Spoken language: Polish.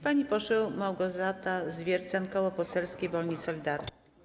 Pani poseł Małgorzata Zwiercan, Koło Poselskie Wolni i Solidarni.